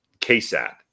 KSAT